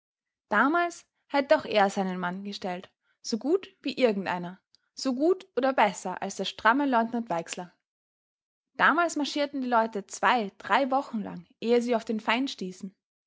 damals hätte auch er seinen mann gestellt so gut wie irgend einer so gut oder besser als der stramme leutnant weixler damals marschierten die leute zwei drei wochen lang ehe sie auf den feind stießen